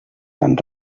fan